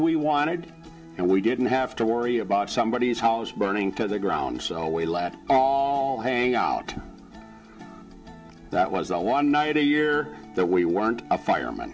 we wanted to and we didn't have to worry about somebody's house burning to the ground so we let all hang out that was a one night a year that we weren't a fireman